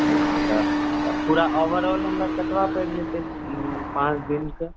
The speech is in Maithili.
अच्छा तऽ पुरा ओवर ऑल हमरा कतबा पड़ि जेतै पाँच दिन के